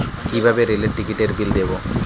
কিভাবে রেলের টিকিটের বিল দেবো?